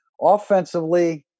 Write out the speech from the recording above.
Offensively